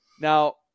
Now